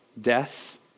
death